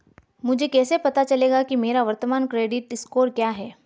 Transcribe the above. मुझे कैसे पता चलेगा कि मेरा वर्तमान क्रेडिट स्कोर क्या है?